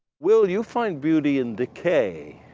will, you find beauty in decay.